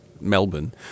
Melbourne